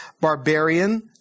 barbarian